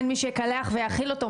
אין מי שיקלח ויאכיל אותו.